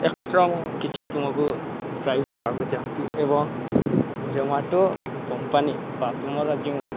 extra ମୁଁ କିଛି ତୁମକୁ ପ୍ରାଇସ୍ ଦେବାକୁ ଚାହୁଁଛି ଏବଂ ଜୋମାଟୋ କମ୍ପାନୀ ବା ତୁମର ଯେଉଁ